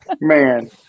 Man